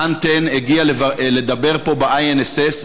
האן טן הגיע לדבר פה ב-INSS,